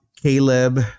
Caleb